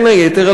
בין היתר,